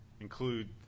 include